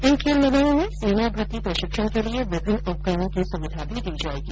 इन खेल मैदानों में सेना भर्ती प्रषिक्षण के लिए विभिन्न उपकरणों की सुविधा भी दी जायेगी